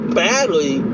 badly